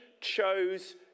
chose